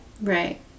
Right